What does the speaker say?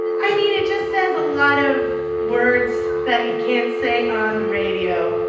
i mean, it just says a lot of words that you can't say on the radio.